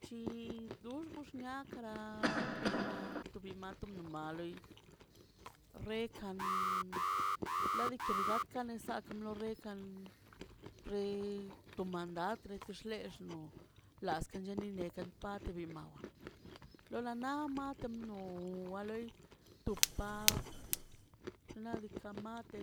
Chi dux gux nia kara bi ma to bi ma tomi mal lei rekan la diike rigakan disaꞌ kam rekan re to mandad de- dexlexno laska guenid nekan parte mi mawa lo la na mart no wale to pa na diikaꞌ marte